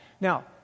Now